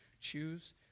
choose